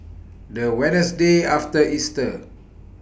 The Wednesday after Easter